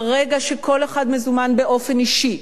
ברגע שכל אחד מזומן באופן אישי,